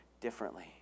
differently